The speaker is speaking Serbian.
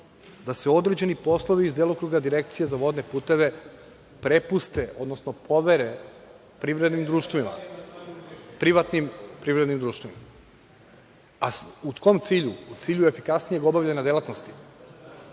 da se određeni poslovi iz delokruga Direkcije za vodne puteve prepuste, odnosno povere privrednim društvima, privatnim privrednim društvima. U kom cilju? U cilju efikasnijeg obavljanja delatnosti,